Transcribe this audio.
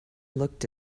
looked